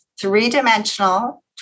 three-dimensional